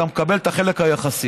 אתה מקבל את החלק היחסי.